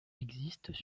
existent